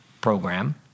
program